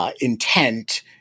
intent